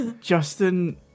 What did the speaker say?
Justin